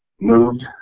moved